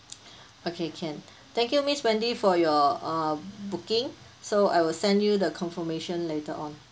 okay can thank you miss wendy for your uh booking so I will send you the confirmation later on